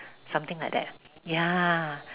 something like that ya